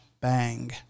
Bang